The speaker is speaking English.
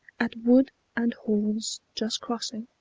at wood and hall's just crossing,